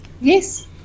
Yes